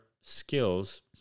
skills